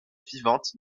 vivante